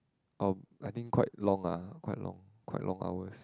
oh I think quite long ah quite long quite long hours